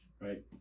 right